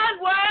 God